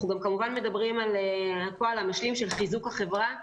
אנחנו כמובן מדברים פה גם על חיזוק החברה בכללותה,